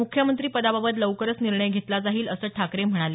मुख्यमंत्रिपदाबाबत लवकरच निर्णय घेतला जाईल असं ठाकरे म्हणाले